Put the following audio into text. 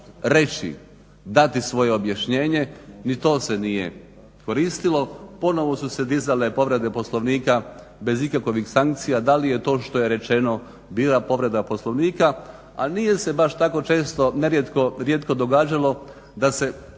reći, dati svoj objašnjenje. Ni to se nije koristilo. Ponovo su se dizale povrede Poslovnika bez ikakovih sankcija da li je to što je rečeno bila povreda Poslovnika, a nije se baš tako često, nerijetko, rijetko događalo da se